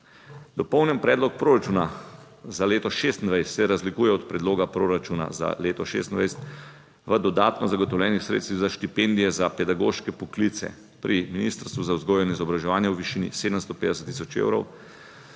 Dopolnjen predlog proračuna za leto 2026 se razlikuje od predloga proračuna za leto 2026 v dodatno zagotovljenih sredstvih za štipendije za pedagoške poklice pri Ministrstvu za vzgojo in izobraževanje v višini 750 tisoč evrov